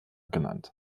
genannt